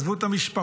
עזבו את המשפחות,